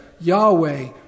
Yahweh